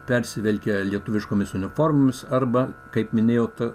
persivilkę lietuviškomis uniformomis arba kaip minėjot